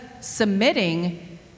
submitting